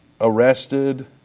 arrested